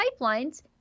pipelines